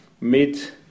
mid